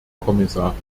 kommissarin